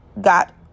got